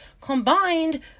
combined